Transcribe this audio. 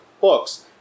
books